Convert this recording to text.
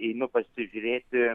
einu pasižiūrėti